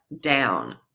down